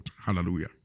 Hallelujah